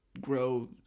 grow